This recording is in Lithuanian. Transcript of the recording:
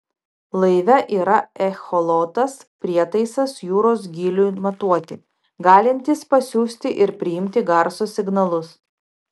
laive yra echolotas prietaisas jūros gyliui matuoti galintis pasiųsti ir priimti garso signalus